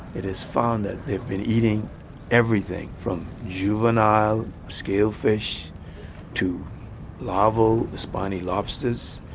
it is found that they've been eating everything, from juvenile scale fish to larval spiny lobsters.